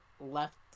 left